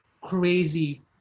crazy